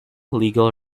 legal